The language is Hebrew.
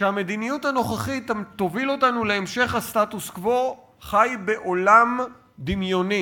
שהמדיניות הנוכחית תוביל אותנו להמשך הסטטוס-קוו חי בעולם דמיוני.